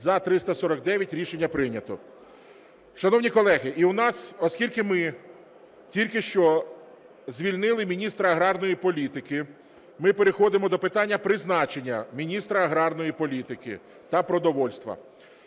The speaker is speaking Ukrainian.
За – 349 Рішення прийнято. Шановні колеги, і у нас, оскільки ми тільки що звільнили Міністра аграрної політики, ми переходимо до питання призначення Міністра аграрної політики та продовольства.